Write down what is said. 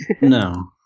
No